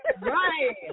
Right